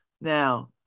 now